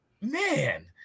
man